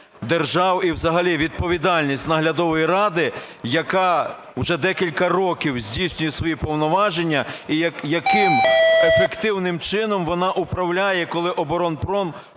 держав. І взагалі відповідальність наглядової ради, яка вже декілька років здійснює свої повноваження, і яким ефективним чином вона управляє, коли оборонпром